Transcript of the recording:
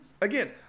Again